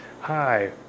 hi